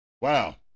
Wow